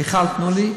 מיכל, תנו לי,